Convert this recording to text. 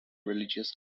religious